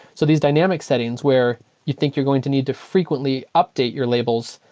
so these dynamic settings where you think you're going to need to frequently update your labels.